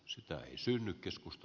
sitä ei synny keskusta